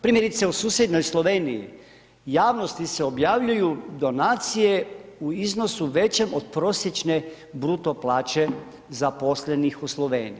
Primjerice u susjednoj Sloveniji, javnosti se objavljuju donacije, u iznosu većem od prosječne bruto plaće zaposlenih u Sloveniji.